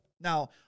now